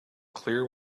clear